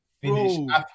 finish